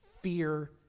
fear